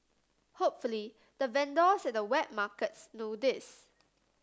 hopefully the vendors at the wet markets know this